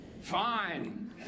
fine